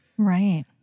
Right